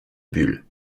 bulles